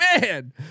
man